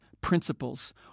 principles